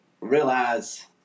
realize